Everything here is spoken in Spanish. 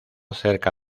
cerca